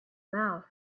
mouth